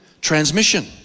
transmission